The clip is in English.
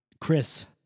Chris